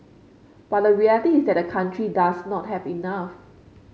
but the reality is that the country does not have enough